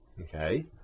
okay